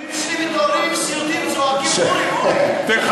החתולים שלי מתעוררים מסיוטים, צועקים: אורי,